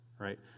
right